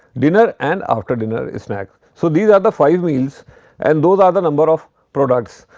dinner and after-dinner snack. so, these are the five meals and those are the number of products.